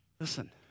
Listen